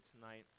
tonight